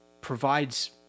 provides